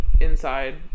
inside